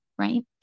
right